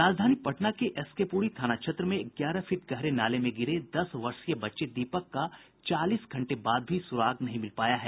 राजधानी पटना के एसके पुरी थाना क्षेत्र में ग्यारह फीट गहरे नाले में गिरे दस वर्षीय बच्चे दीपक का चालीस घंटे बाद भी सुराग नहीं मिल पाया है